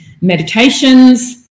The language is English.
meditations